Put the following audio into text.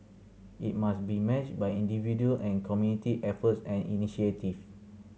it must be matched by individual and community efforts and initiative